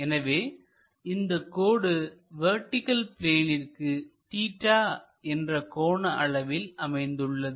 எனவே இந்த கோடு வெர்டிகள் பிளேனிற்கு தீட்டா என்ற கோண அளவில் அமைந்துள்ளது